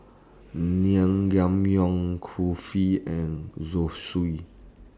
Naengmyeon Kulfi and Zosui